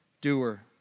doer